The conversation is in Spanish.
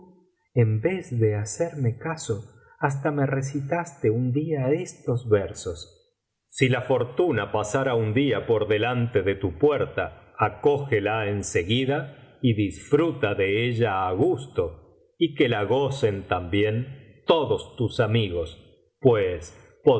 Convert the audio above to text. en vez de hacerme caso hasta me recitaste un día estos versos biblioteca valenciana generalitat valenciana las mil noches y una noche si la fortuna pasara un día por delante de tu puerta acógela en seguida y disfruta de ella á gusto y que la gocen también todos itis amigos pues